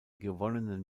gewonnenen